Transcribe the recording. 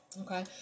okay